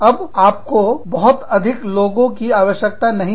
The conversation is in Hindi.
अब आपको बहुत अधिक लोगों की आवश्यकता नहीं है